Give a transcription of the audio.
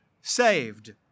saved